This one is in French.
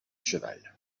cheval